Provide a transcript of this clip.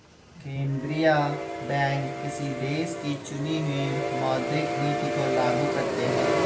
केंद्रीय बैंक किसी देश की चुनी हुई मौद्रिक नीति को लागू करते हैं